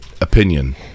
opinion